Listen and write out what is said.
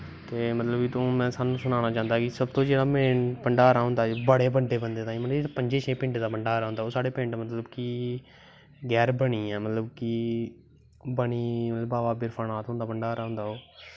ते में तुसेंगी सनाना चाह्दा हा कि सब तो जादा भण्डारा होंदा बड़ें बड्डें बंदे तांई पंजे छें पिंडें दा भण्डारा होंदा ओह् मतलव की गैह्र बनियै मतलव की बाबा बिरपानाथ हुंदा भण्डारा होंदा ओह्